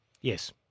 Yes